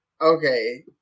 Okay